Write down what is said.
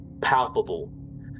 palpable